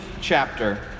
chapter